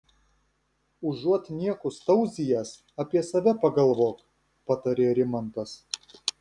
užuot niekus tauzijęs apie save pagalvok patarė rimantas